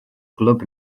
glwb